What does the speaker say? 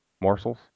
morsels